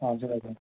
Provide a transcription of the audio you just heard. हजुर हजुर